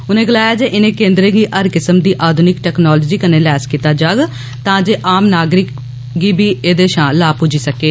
उने गलाया जे इनें केन्द्रें गी हर किस्म दी आधुनिक टैक्नालोजी कन्नै लैस कीता जाग तां जे आम नागरिक गी बी एहदे षां लाह पुज्जी सकै